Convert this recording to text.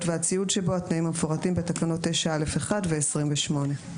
והציוד שבו התנאים המפורטים בתקנות 9(א)(1) ו-28".